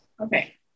Okay